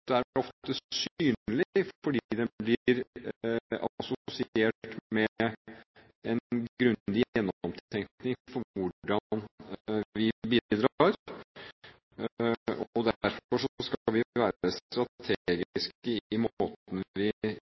støtte er ofte synlig, fordi den blir assosiert med en grundig gjennomtenkning av hvordan vi bidrar. Derfor skal vi være strategiske i måten vi